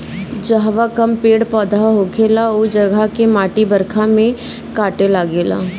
जहवा कम पेड़ पौधा होखेला उ जगह के माटी बरखा में कटे लागेला